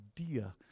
idea